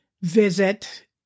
visit